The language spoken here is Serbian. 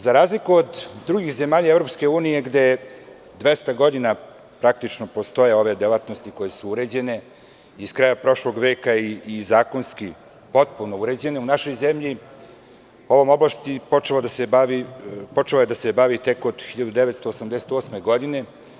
Za razliku od drugih zemalja EU, gde praktično 200 godina postoje ove delatnosti koje su uređene i krajem prošlog veka zakonski potpuno uređene, u našoj zemlji ovom oblasti počelo je da se bavi tek od 1988. godine.